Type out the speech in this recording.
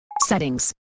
Settings